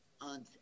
on